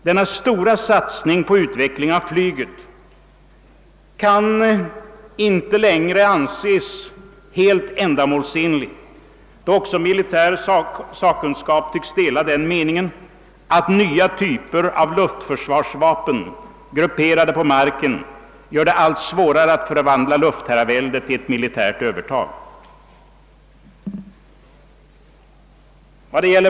Denna stora satsning på utveckling av flyget kan inte längre anses helt ändamålsenlig, då även militär sakkunskap tycks dela uppfattningen att nya typer av luftförsvarsvapen grupperade på marken gör det allt svårare att förvandla luftherraväldet till ett militärt övertag.